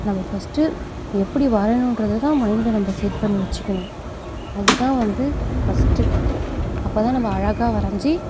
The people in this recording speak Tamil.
நம்ம ஃபஸ்ட்டு எப்படி வரையணுன்றதை தான் மைண்டில் நம்ம செட் பண்ணி வச்சிக்கணும் அது தான் வந்து ஃபஸ்ட்டு அப்போ தான் நம்ம அழகாக வரைஞ்சி